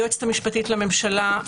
היועצת המשפטית לממשלה,